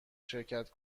شرکت